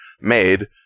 made